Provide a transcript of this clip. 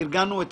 ארגנו את